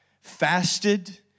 fasted